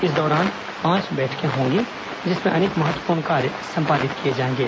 इस दौरान पांच बैठकें होंगी जिसमें अनेक महत्वपूर्ण कार्य संपादित किए जाएंगे